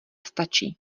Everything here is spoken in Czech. stačí